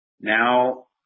now